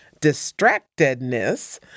Distractedness